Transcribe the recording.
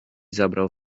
zabrał